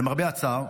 למרבה הצער,